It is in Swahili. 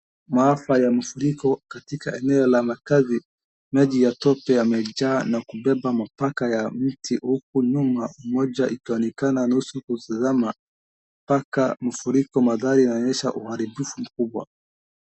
Maafa ya mafuriko katika eneo la makazi, maji ya tope yamejaa na kubeba mapaka ya mti huku nyuma moja ikionekana nusu kuzama mpaka mafuriko magari inaonyesha uharibifu mkubwa.